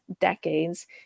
decades